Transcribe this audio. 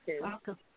Welcome